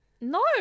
No